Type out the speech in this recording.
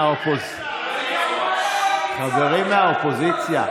חברים מהאופוזיציה,